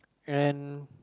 and